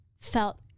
felt